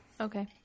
Okay